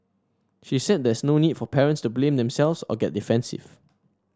she said there is no need for parents to blame themselves or get defensive